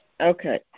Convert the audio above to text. Okay